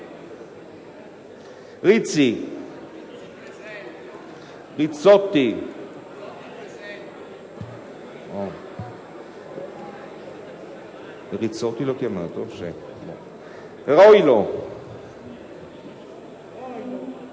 Rizzi, Rizzotti, Roilo,